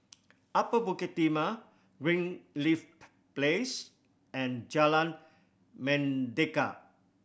Upper Bukit Timah Greenleaf Place and Jalan Mendaki